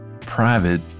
private